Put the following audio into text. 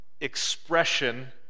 expression